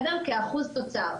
כאחוז תוצר.